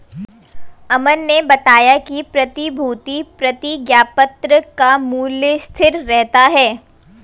अमन ने बताया कि प्रतिभूति प्रतिज्ञापत्र का मूल्य स्थिर रहता है